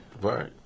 Right